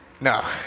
No